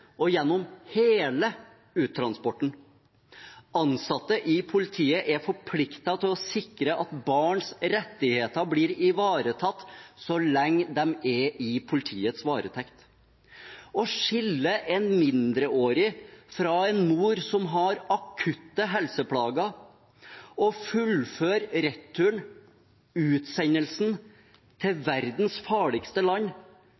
og gjennom hele uttransporten. Ansatte i politiet er forpliktet til å sikre at barns rettigheter blir ivaretatt så lenge de er i politiets varetekt. Å skille en mindreårig fra en mor som har akutte helseplager, og fullføre returen, utsendelsen, til verdens farligste land